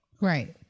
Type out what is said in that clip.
Right